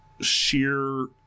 sheer